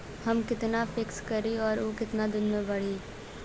हम कितना फिक्स करी और ऊ कितना दिन में बड़ी?